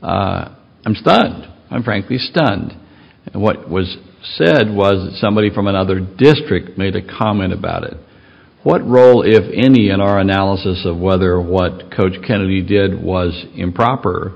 stunned i'm frankly stunned and what was said was somebody from another district made a comment about it what role if any in our analysis of whether what coach kennedy did was improper